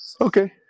Okay